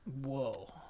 Whoa